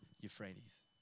Euphrates